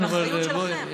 זה באחריות שלכם.